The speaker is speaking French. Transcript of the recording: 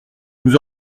nous